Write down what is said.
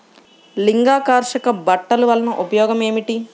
లింగాకర్షక బుట్టలు వలన ఉపయోగం ఏమిటి?